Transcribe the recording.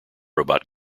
robot